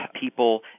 people